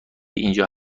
اینجا